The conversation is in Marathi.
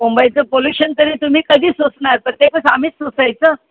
मुंबईचं पोल्युशन तरी तुम्ही कधी सोसणार प्रत्येक वेळेस आम्हीच सोसायचं